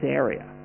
area